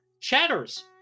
Chatters